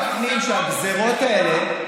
הפתרון הוא להפנים שהגזרות האלה,